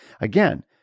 Again